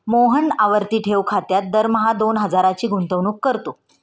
मोहन आवर्ती ठेव खात्यात दरमहा दोन हजारांची गुंतवणूक करतो